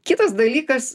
kitas dalykas